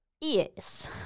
Yes